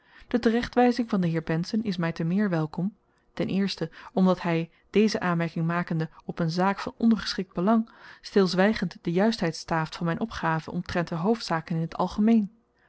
de terechtwyzing van den heer bensen is my te meer welkom omdat hy deze aanmerking makende op n zaak van ondergeschikt belang stilzwygend de juistheid staaft van m'n opgaven omtrent de hoofdzaken in t algemeen